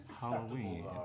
Halloween